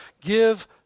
Give